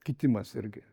kitimas irgi